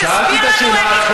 שאלת את השאלה.